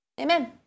Amen